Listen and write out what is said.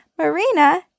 Marina